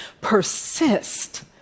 persist